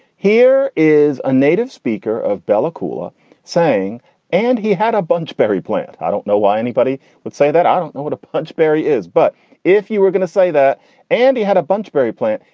here is a native speaker of bella coola saying and he had a bunch berry plant. i don't know why anybody would say that. i don't know what a punch berry is. but if you were gonna say that and he had a bunch berry plant.